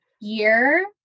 year